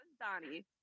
Donnie